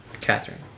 Catherine